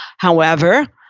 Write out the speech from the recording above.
however,